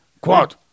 Quote